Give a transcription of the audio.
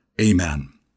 Amen